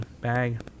bag